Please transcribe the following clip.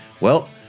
Well-